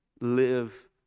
Live